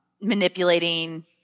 manipulating